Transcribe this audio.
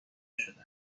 شده